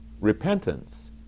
Repentance